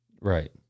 Right